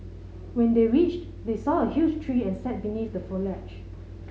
when they reached they saw a huge tree and sat beneath the foliage